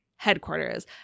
headquarters